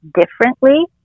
differently